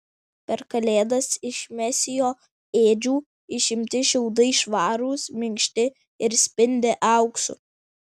per kalėdas iš mesijo ėdžių išimti šiaudai švarūs minkšti ir spindi auksu